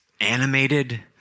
animated